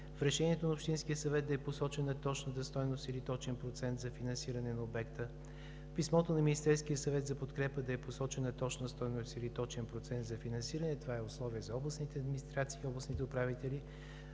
в решението на общинския съвет да е посочена точната стойност или точен процент за финансиране на обекта; в писмото на Министерския съвет за подкрепа да е посочена точна стойност или точен процент за финансиране – това е условие за областните администрации и областните управители;